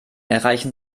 erreichen